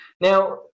Now